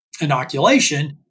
inoculation